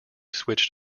switched